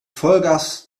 vollgas